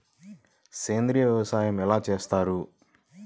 సేంద్రీయ వ్యవసాయం ఎలా చేస్తారు?